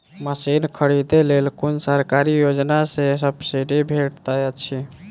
Machine खरीदे लेल कुन सरकारी योजना सऽ सब्सिडी भेटैत अछि?